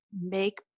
make